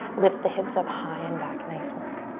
lift the hips up high and back. nice work.